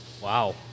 wow